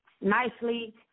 Nicely